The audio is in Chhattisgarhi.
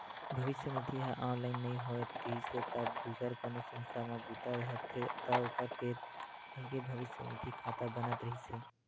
भविस्य निधि ह ऑनलाइन नइ होए रिहिस हे तब दूसर कोनो संस्था म बूता धरथे त ओखर फेर अलगे भविस्य निधि खाता बनत रिहिस हे